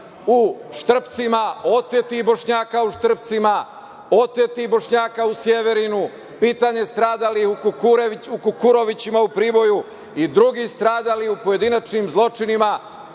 u Štrpcima, otetim Bošnjaka u Štrpcima, otetim Bošnjaka u Severinu, pitanje stradalih u Kukurovićima, u Priboju i drugi stradali u pojedinačnim zločinima,